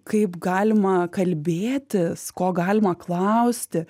kaip galima kalbėti ko galima klausti